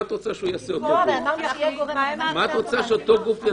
מה את רוצה שאותו גוף יעשה?